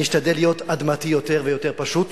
אני אשתדל להיות אדמתי יותר ויותר פשוט